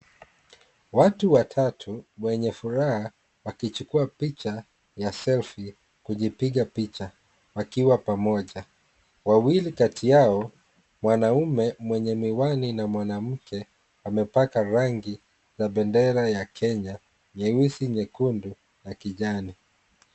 Watu watatu wenye furaha wakichukua picha ya selfie kujipiga picha wakiwa pamoja. Wawili kati yao wanaume mwenye miwani na mwanamke amepaka rangi ya bendera ya Kenya nyeusi, nyekundu na kijani.